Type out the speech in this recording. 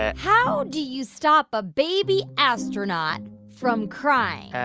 ah how do you stop a baby astronaut from crying?